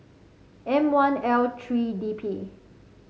M one L three D P